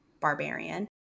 Barbarian